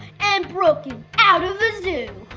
and broke out of the zoo!